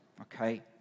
okay